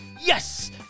Yes